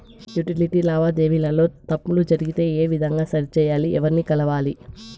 Utility లావాదేవీల లో తప్పులు జరిగితే ఏ విధంగా సరిచెయ్యాలి? ఎవర్ని కలవాలి?